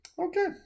okay